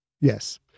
Yes